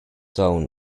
town